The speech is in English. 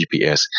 GPS